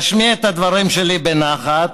להשמיע את הדברים שלי בנחת,